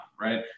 right